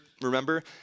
remember